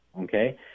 okay